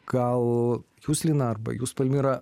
gal jūs lina arba jūs palmira